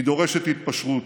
היא דורשת התפשרות.